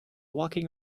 walking